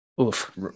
oof